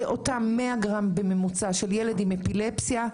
ואותם 100 גרם בממוצע של ילד עם אפילפסיה.